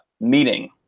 meeting